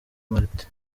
martin